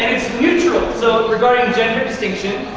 neutral, so regarding gender distinction,